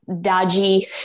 dodgy